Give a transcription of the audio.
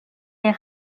les